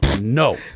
No